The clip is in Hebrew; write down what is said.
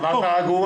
בחוק